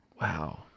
Wow